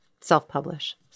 self-publish